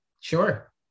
Sure